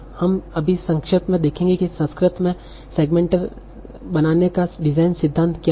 हम अभी संक्षेप में देखेंगे कि संस्कृत में सेगमेंटर बनाने का डिज़ाइन सिद्धांत क्या है